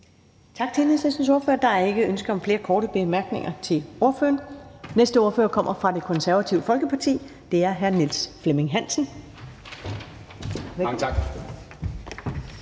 Tak til Enhedslistens ordfører. Der er ikke flere ønsker om korte bemærkninger til ordføreren. Næste ordfører kommer fra Det Konservative Folkeparti, og det er hr. Niels Flemming Hansen.